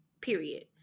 period